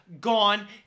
gone